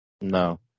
No